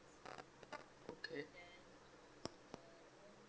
okay